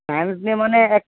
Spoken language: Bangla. সায়েন্স নিয়ে মানে এক